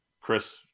Chris